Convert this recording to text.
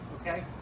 okay